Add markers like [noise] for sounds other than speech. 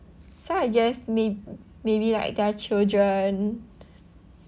so I guess may~ maybe like their children [breath]